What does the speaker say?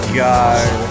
god